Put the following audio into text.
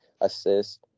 assist